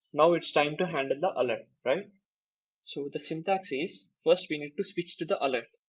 now it's time to handle the alert. so the syntax is first we need to switch to the alert.